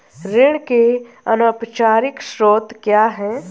ऋण के अनौपचारिक स्रोत क्या हैं?